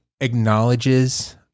acknowledges